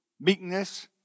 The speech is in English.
meekness